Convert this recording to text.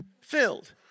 filled